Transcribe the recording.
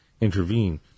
intervene